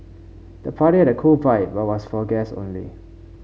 the party had a cool vibe but was for guests only